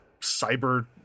cyber